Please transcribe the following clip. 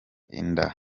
inda